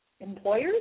employers